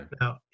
Now